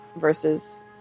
versus